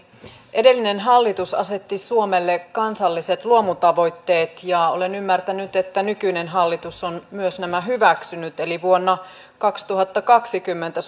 edellinen hallitus asetti suomelle kansalliset luomutavoitteet ja olen ymmärtänyt että nykyinen hallitus on myös nämä hyväksynyt eli vuonna kaksituhattakaksikymmentä